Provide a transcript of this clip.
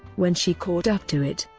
when she caught up to it,